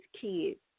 kids